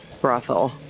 brothel